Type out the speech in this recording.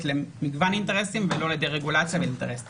למגוון אינטרסים ולא לדה-רגולציה ואינטרס צר.